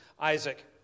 Isaac